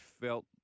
felt